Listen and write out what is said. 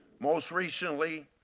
most recently,